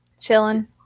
chilling